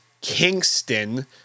Kingston